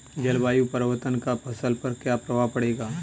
जलवायु परिवर्तन का फसल पर क्या प्रभाव पड़ेगा?